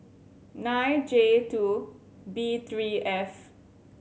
nine J two B three F